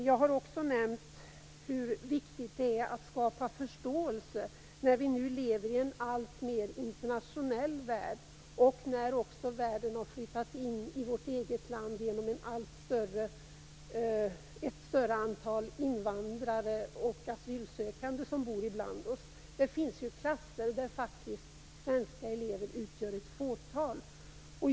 Jag har också nämnt hur viktigt det är att skapa förståelse när vi nu lever i en alltmer internationell värld och när också världen har flyttat in i vårt eget land genom ett allt större antal invandrare och asylsökande som bor ibland oss. Det finns klasser där svenska elever faktiskt utgör ett fåtal.